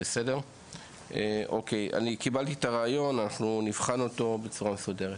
אם אנחנו נקיים סיור